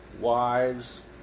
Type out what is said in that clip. wives